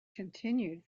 continued